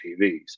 TVs